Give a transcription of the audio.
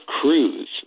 Cruise